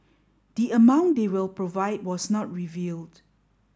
the amount they will provide was not revealed